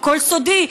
הכול סודי,